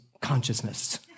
consciousness